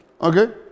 Okay